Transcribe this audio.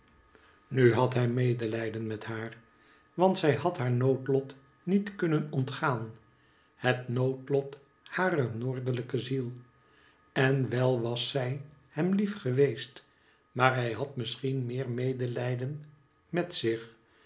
nu had hij medelijden met haar want zij had haar noodlot niet kunnen ontgaan het noodlot harer noordelijke ziel en wel was zij hem lief geweest maar hij had misschien meer medelijden met zich